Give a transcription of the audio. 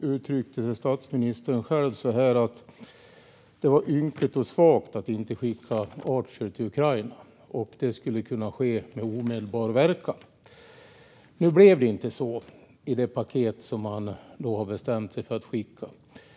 uttryckte statsministern att det var ynkligt och svagt att inte skicka Archer till Ukraina och att det skulle kunna ske med omedelbar verkan. Nu blev det inte så i det paket man har bestämt sig för att skicka.